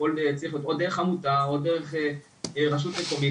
הכל צריך להיות או דרך עמותה, או דרך רשות מקומית.